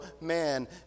man